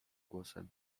głosem